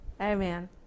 Amen